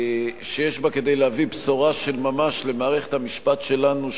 שיש בה כדי להביא בשורה של ממש למערכת המשפט שלנו,